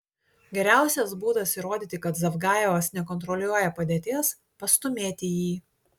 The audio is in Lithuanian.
geriausias būdas įrodyti kad zavgajevas nekontroliuoja padėties pastūmėti jį